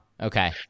okay